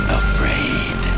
afraid